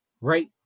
right